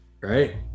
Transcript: right